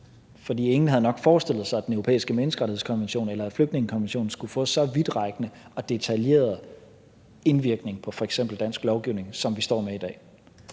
For ingen havde nok forestillet sig, at den europæiske menneskerettighedskonvention eller flygtningekonventionen skulle få så vidtrækkende og detaljeret indvirkning på f.eks. dansk lovgivning, som vi står med i dag.